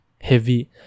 heavy